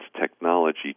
Technology